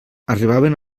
arribaven